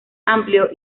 amplio